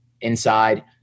inside